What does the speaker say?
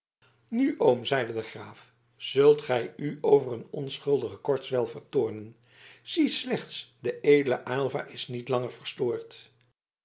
nu oom zeide de graaf zult gij u over een onschuldige kortswijl vertoornen zie slechts de edele aylva is niet langer verstoord